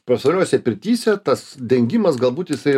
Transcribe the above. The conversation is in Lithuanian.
pastaruosiuose pirtyse tas dengimas galbūt jisai